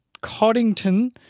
Coddington